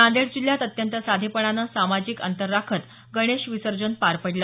नांदेड जिल्ह्यात अत्यंत साधेपणानं सामाजिक आंतर राखत गणेश विसर्जन पार पडलं